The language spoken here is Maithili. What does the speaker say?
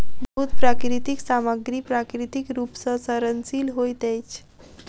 बहुत प्राकृतिक सामग्री प्राकृतिक रूप सॅ सड़नशील होइत अछि